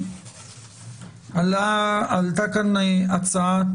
עלתה כאן הצעת